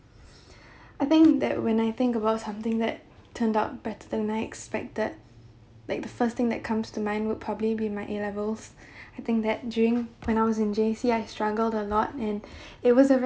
I think that when I think about something that turned out better than I expected like the first thing that comes to mind would probably be my A levels I think that during when I was in J_C I struggled a lot and it was a very